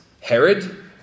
Herod